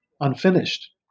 unfinished